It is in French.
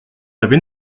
avez